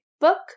book